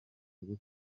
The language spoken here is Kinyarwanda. rwo